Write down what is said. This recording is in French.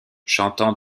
chantant